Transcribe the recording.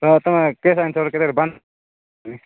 ତ ତୁମେ କିସ୍ ଅଞ୍ଚଲ୍ କିରେ ବନ୍ଦ ହୁଁ